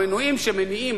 המנועים שמניעים,